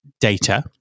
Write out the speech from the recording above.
data